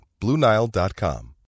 BlueNile.com